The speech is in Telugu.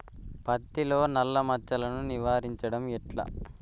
పత్తిలో నల్లా మచ్చలను నివారించడం ఎట్లా?